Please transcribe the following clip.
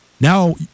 now